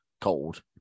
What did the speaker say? cold